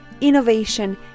innovation